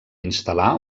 instal·lar